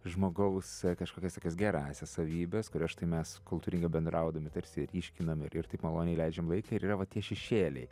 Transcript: žmogaus kažkokias tokias gerąsias savybes kurias štai mes kultūringai bendraudami tarsi ryškinam ir ir taip maloniai leidžiam laiką ir yra va tie šešėliai